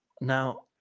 Now